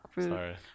Sorry